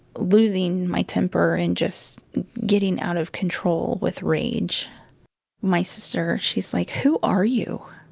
losing my temper and just getting out of control with rage my sister, she's like, who are you?